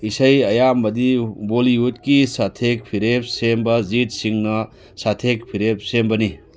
ꯏꯁꯩ ꯑꯌꯥꯝꯕꯗꯤ ꯕꯣꯂꯤꯋꯨꯠꯀꯤ ꯁꯥꯊꯦꯛ ꯐꯤꯔꯦꯞ ꯁꯦꯝꯕ ꯖꯤꯠ ꯁꯤꯡꯅ ꯁꯥꯊꯦꯛ ꯐꯤꯔꯦꯞ ꯁꯦꯝꯕꯅꯤ